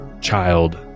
child